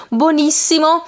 buonissimo